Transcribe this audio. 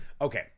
Okay